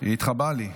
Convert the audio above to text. היא התחבאה לי.